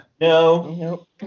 No